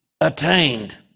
attained